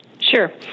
Sure